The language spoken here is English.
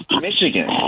Michigan